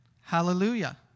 Hallelujah